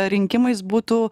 rinkimais būtų